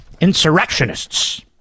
insurrectionists